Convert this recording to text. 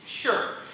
Sure